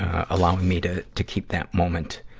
ah allowing me to, to keep that moment,